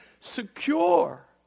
secure